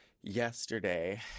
yesterday